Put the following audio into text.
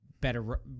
better